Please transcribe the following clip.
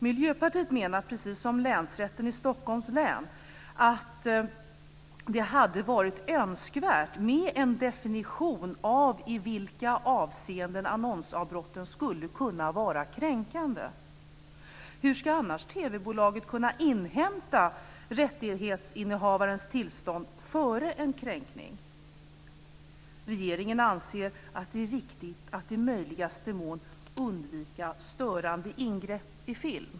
Miljöpartiet menar, precis som Länsrätten i Stockholms län, att det hade varit önskvärt med en definition av i vilka avseenden annonsavbrotten skulle kunna vara kränkande. Hur ska annars TV bolaget kunna inhämta rättighetsinnehavarens tillstånd före en kränkning? Regeringen anser att det är viktigt att i möjligaste mån undvika störande ingrepp i film.